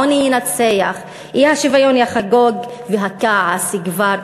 העוני ינצח, האי-שוויון יחגוג, והכעס יגבר.